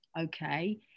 Okay